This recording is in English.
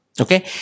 Okay